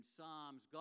Psalms